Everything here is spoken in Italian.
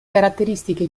caratteristiche